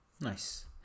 Nice